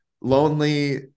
lonely